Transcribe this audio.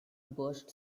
burst